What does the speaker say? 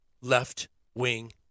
left-wing